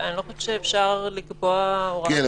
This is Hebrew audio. אני לא חושבת שאפשר לקבוע הוראה כזאת.